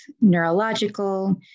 neurological